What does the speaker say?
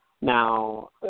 Now